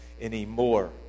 anymore